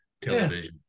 television